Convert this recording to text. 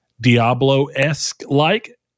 Diablo-esque-like